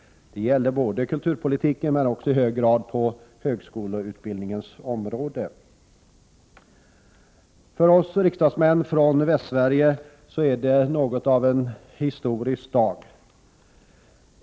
Det gäller kulturpolitiken men också i hög grad högskoleutbildningens område. För oss riksdagsmän från Västsverige är detta något av en historisk dag.